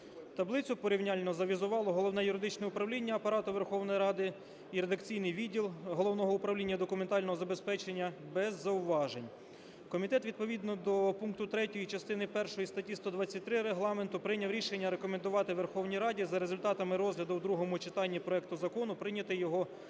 Таблицю порівняльну завізувало Головне юридичне Управління Апарату Верховної Ради і Редакційний відділ Головного Управління документального забезпечення без зауважень. Комітет відповідно до пункту 3 частини першої статті 123 Регламенту прийняв рішення рекомендувати Верховній Раді за результатами розгляду в другому читанні проекту Закону прийняти його у